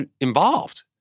involved